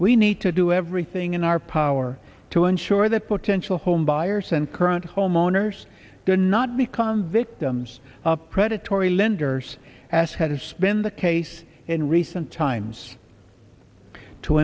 we need to do everything in our power to ensure that potential homebuyers and current homeowners are not become victims of predatory lenders as has been the case in recent times to